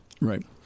Right